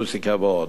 מוזיקה ועוד.